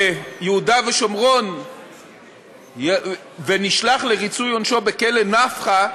ביהודה ושומרון ולהישלח לריצוי עונשו בכלא "נפחא",